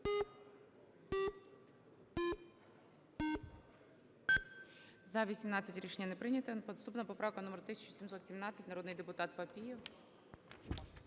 За-18 Рішення не прийнято. Наступна поправка номер 1717. Народний депутат Папієв.